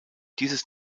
dieses